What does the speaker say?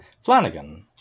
Flanagan